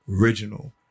Original